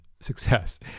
success